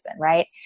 right